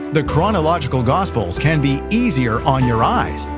the chronological gospels can be easier on your eyes.